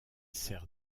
sert